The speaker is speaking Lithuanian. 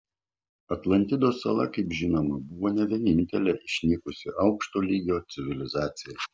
atlantidos sala kaip žinoma buvo ne vienintelė išnykusi aukšto lygio civilizacija